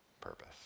purpose